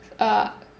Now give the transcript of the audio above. ah